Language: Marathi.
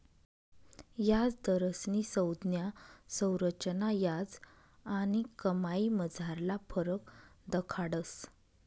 याजदरस्नी संज्ञा संरचना याज आणि कमाईमझारला फरक दखाडस